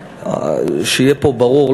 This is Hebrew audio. שיהיה פה ברור,